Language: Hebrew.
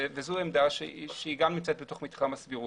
זו עמדה שגם נמצאת בתוך מתחם הסבירות,